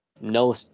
no